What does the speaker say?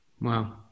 Wow